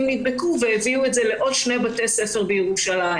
נדבקו והעבירו את זה לעוד שני בתי ספר בירושלים.